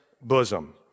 bosom